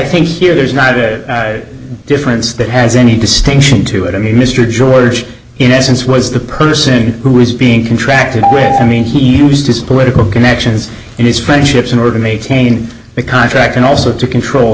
think here there's not a difference that has any distinction to it i mean mr george in essence was the person who was being contracted i mean he used his political connections and his friendships in order to maintain the contract and also to control